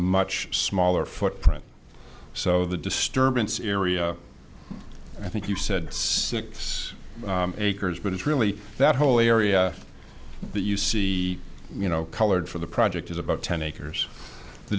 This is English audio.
much smaller footprint so the disturbance area i think you said six acres but it's really that whole area that you see you know colored for the project is about ten acres the